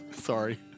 Sorry